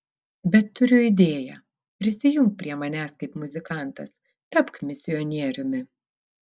bet turiu idėją prisijunk prie manęs kaip muzikantas tapk misionieriumi